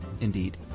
Indeed